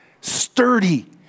sturdy